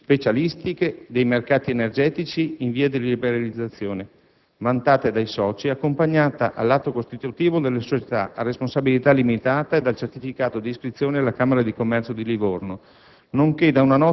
specialistiche dei mercati energetici in via di liberalizzazione vantate dai soci, accompagnata dall'atto costitutivo della società a responsabilità limitata e dal certificato di iscrizione alla camera di commercio di Livorno,